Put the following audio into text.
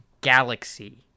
galaxy